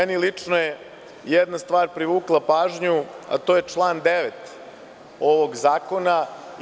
Meni lično je jedna stvar privukla pažnju, a to je član 9. ovog zakona.